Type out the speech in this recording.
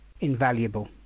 invaluable